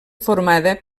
formada